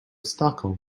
stockholm